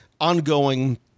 ongoing